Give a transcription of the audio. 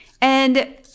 And-